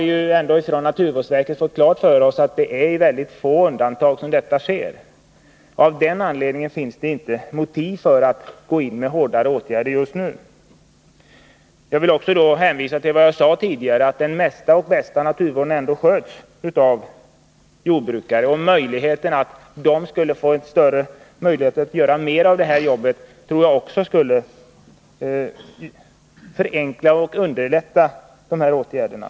Men genom naturvårdsverket har vi ju fått klart för oss att det bara är i några få undantagsfall som detta sker. Av den anledningen finns det inte motiv för att gå in med hårdare åtgärder just nu. Jag vill i det här sammanhanget också hänvisa till vad jag sade tidigare, att den mesta och bästa naturvården ändå sköts av jordbrukarna. En ökad möjlighet för dem som vill jobba med jordbruk att göra det tror jag också skulle förenkla och underlätta de här aktuella åtgärderna.